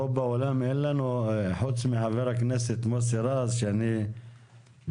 פה באולם אין לנו חוץ מחבר הכנסת מוסי רז שאני בינתיים